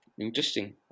Interesting